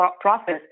process